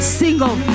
single